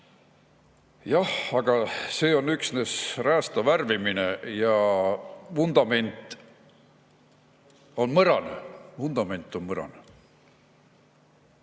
Jah, aga see on üksnes räästa värvimine, kui vundament on mõranenud.